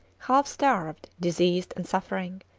half starved, diseased, and suffering,